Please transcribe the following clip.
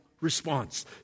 response